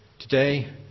Today